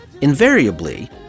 Invariably